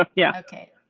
ah yeah. okay.